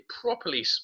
properly